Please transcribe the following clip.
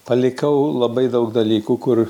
palikau labai daug dalykų kur